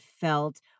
felt